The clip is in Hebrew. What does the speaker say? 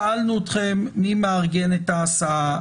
שאלנו אתכם מי מארגן את ההסעה,